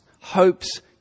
hopes